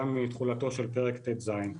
גם מתכולתו של פרק ט"ז.